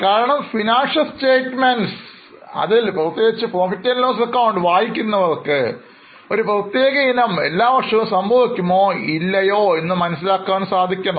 കാരണം Financial statements അതിൽ Profit loss ac വായിക്കുന്നവർക്ക് ഒരു പ്രത്യേക ഇനം എല്ലാവർഷവും സംഭവിക്കുമോ ഇല്ലയോ എന്നറിയണം